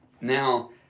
now